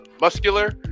muscular